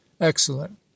Excellent